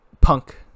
punk